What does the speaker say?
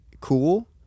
cool